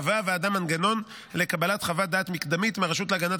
קבעה הוועדה מנגנון לקבלת חוות דעת מקדמית מהרשות להגנת